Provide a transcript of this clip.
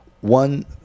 One